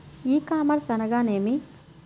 ఈ కామర్స్ అనగా నేమి?